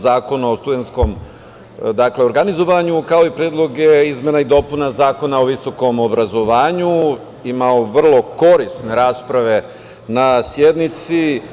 Zakon o studenskom organizovanju kao i predloge izmena i dopuna Zakona o visokom obrazovanju i imao vrlo korisne rasprave na sednici.